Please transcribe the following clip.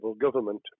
government